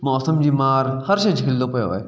मौसम जी मार हर शइ झेलंदो पियो आहे